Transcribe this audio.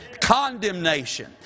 Condemnation